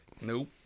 Nope